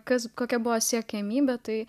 kas kokia buvo siekiamybė tai